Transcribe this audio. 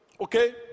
okay